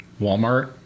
Walmart